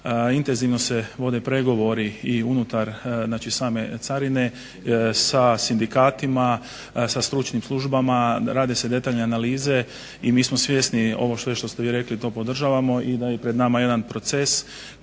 intenzivno se vode pregovori i unutar znači same Carine sa sindikatima sa stručnim službama, rade se detaljne analize i mi smo svjesni ovo sve što ste rekli mi podržavamo i da je pred nama jedan proces